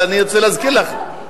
אני רוצה להזכיר לך,